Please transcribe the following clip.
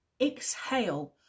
exhale